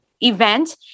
event